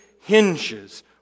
hinges